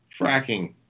fracking